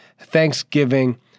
Thanksgiving